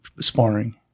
sparring